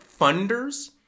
funders